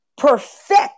Perfect